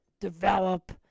develop